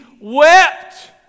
wept